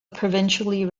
provincially